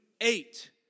Eight